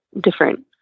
different